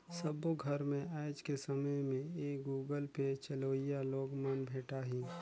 सबो घर मे आएज के समय में ये गुगल पे चलोइया लोग मन भेंटाहि